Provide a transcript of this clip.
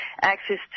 access